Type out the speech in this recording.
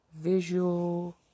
visual